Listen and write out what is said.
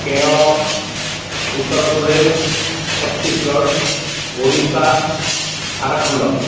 Kerala Uttar Pradesh Chhattisgarh Odisha Jharkhand